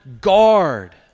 guard